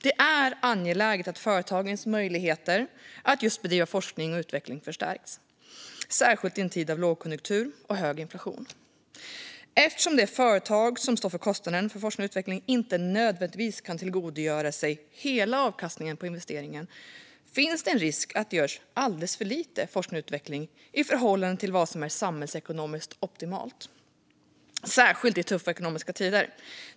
Det är angeläget att företagens möjligheter att just bedriva forskning och utveckling förstärks, särskilt i en tid av lågkonjunktur och hög inflation. Eftersom det företag som står för kostnaden för forskning och utveckling inte nödvändigtvis kan tillgodogöra sig hela avkastningen på investeringen finns en risk att det bedrivs alldeles för lite forskning och utveckling i förhållande till vad som är samhällsekonomiskt optimalt. Detta gäller särskilt i tuffa ekonomiska tider.